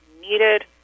needed